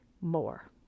more